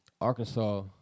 Arkansas